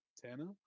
Tana